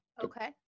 Okay